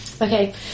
Okay